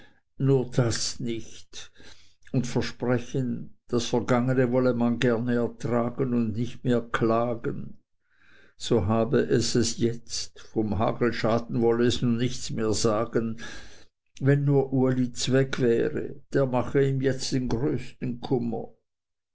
nur das nicht und versprechen das vergangene wolle man gerne ertragen und nicht mehr klagen so habe es es jetzt vom hagelschaden wollte es nun nichts mehr sagen wenn nur uli zweg wäre der mache ihm jetzt den größten kummer